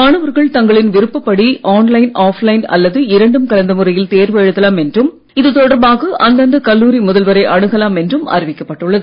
மாணவர்கள் தங்களின் விருப்பப் படி ஆன் லைன் ஆஃப் லைன் அல்லது இரண்டும் கலந்த முறையில் தேர்வு எழுதலாம் என்றும் தொடர்பாக அந்தந்த கல்லூரி முதல்வரை அணுகலாம் என்றும் இது அறிவிக்கப்பட்டுள்ளது